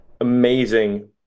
amazing